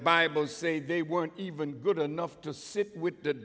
bible say they weren't even good enough to sit with the